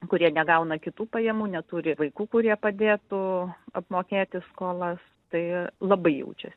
kurie negauna kitų pajamų neturi vaikų kurie padėtų apmokėti skolas tai labai jaučias